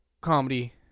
comedy